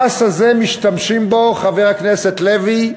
המס הזה, משתמשים בו, חבר הכנסת לוי,